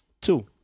two